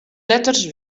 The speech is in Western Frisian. letters